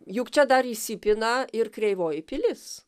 juk čia dar įsipina ir kreivoji pilis